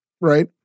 right